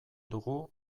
dugu